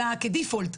אלא כדיפולט.